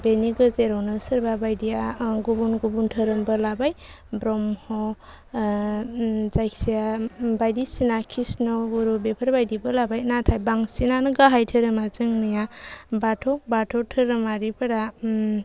बेनि गेजेरावनो सोरबा बायदिया गुबुन धोरोमबो लाबाय ब्रह्म जायखि जाया बायदिसिना कृष्ण गुरु बेफोर बायदिखौ लाबाय नाथाय बांसिनानो गाहाय धोरोमा जोंनिया बाथौ बाथौ धोरोमारिफोरा